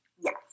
Yes